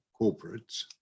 corporates